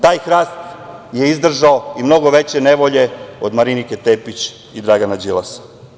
Taj hrast je izdržao i mnogo veće nevolje od Marinike Tepić i Dragana Đilasa.